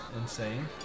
insane